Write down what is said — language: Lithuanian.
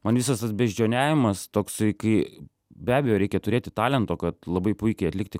man visas tas beždžioniavimas toksai kai be abejo reikia turėti talento kad labai puikiai atlikti